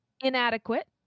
inadequate